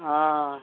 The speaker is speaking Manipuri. ꯑꯣ